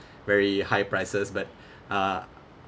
very high prices but uh